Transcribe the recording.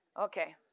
Okay